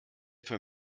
für